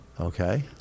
Okay